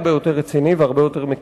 הרבה יותר רציני והרבה יותר מקיף.